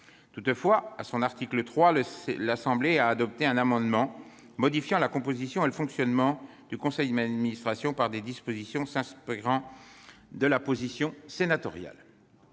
Toutefois, à l'article 3, l'Assemblée nationale a adopté un amendement tendant à modifier la composition et le fonctionnement du conseil d'administration, ces nouvelles dispositions s'inspirant de la position sénatoriale.